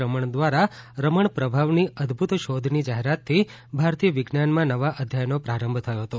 રમણ દ્વારા રમણ પ્રભાવની અદભૂત શોધની જાહેરાતથી ભારતીય વિજ્ઞાનમા નવા અધ્યાયનો પ્રારંભ થયો હતો